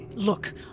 Look